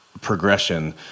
progression